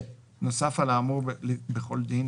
נוסף על האמור בכל דין,